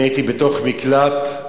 הייתי בתוך מקלט,